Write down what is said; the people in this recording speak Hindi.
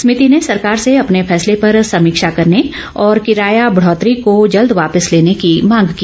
समिति ने सरकार से अपने फैसले पर समीक्षा करने और किराया बढ़ोतरी को जल्द वापिस लेने की मांग की